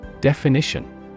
Definition